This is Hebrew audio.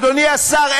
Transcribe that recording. אדוני השר,